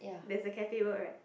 there's a cafe word right